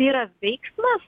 tai yra veiksmas